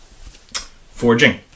forging